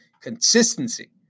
Consistency